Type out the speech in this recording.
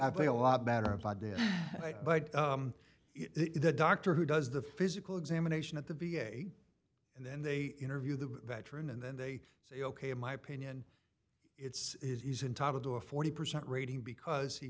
i play a lot better if i did but if the doctor who does the physical examination at the v a and then they interview the veteran and then they say ok in my opinion it's is entitled to a forty percent rating because he